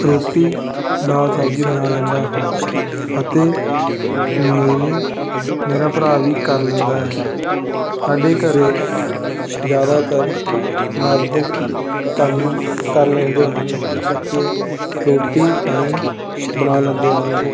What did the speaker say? ਰੋਟੀ ਦਾਲ ਸਬਜ਼ੀ ਬਣਾ ਲੈਂਦਾ ਹਾਂ ਅਤੇ ਮੇਰੇ ਮੇਰਾ ਭਰਾ ਵੀ ਕਰ ਲੈਂਦਾ ਹੈ ਸਾਡੇ ਘਰ ਜ਼ਿਆਦਾਤਰ ਮਰਦ ਕੰਮ ਕਰ ਲੈਂਦੇ ਹਨ ਅਤੇ ਰੋਟੀ ਪਾਣੀ ਬਣਾ ਲੈਂਦੇ ਹਨ